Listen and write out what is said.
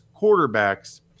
quarterbacks